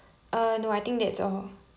uh no I think that's all